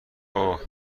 اوه